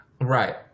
Right